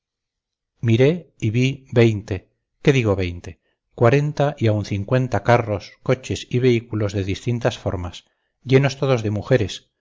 miré y vi veinte qué digo veinte cuarenta y aun cincuenta carros coches y vehículos de distintas formas llenos todos de mujeres